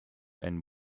and